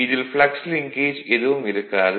இதில் flux linkage எதுவும் இருக்காது